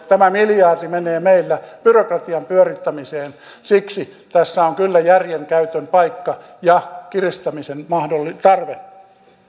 tämä miljardi menee meillä byrokratian pyörittämiseen siksi tässä on kyllä järjen käytön paikka ja kiristämisen tarve